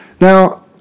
Now